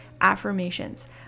affirmations